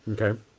okay